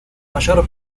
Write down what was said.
mayor